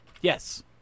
Yes